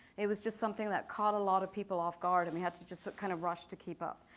it was just something that caught a lot of people off guard and we had to just kind of rush to keep up.